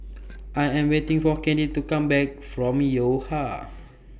I Am waiting For Candy to Come Back from Yo Ha